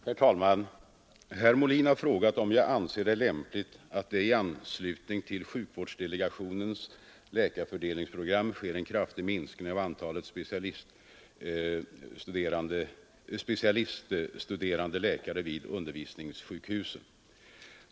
Herr talman! Herr Molin har frågat om jag anser det lämpligt att det i anslutning till sjukvårdsdelegationens läkarfördelningsprogram sker en kraftig minskning av antalet specialistunderläkare vid undervisningssjukhusen.